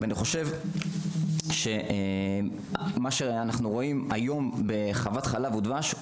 אני חושב שמה שאנחנו רואים היום בחוות ׳חלב ודבש׳,